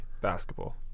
basketball